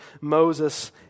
Moses